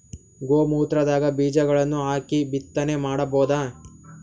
ಗೋ ಮೂತ್ರದಾಗ ಬೀಜಗಳನ್ನು ಹಾಕಿ ಬಿತ್ತನೆ ಮಾಡಬೋದ?